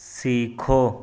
سیکھو